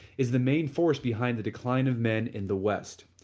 is the main force behind the decline of men in the west.